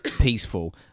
peaceful